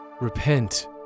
Repent